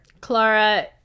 Clara